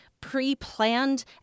pre-planned